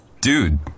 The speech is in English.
dude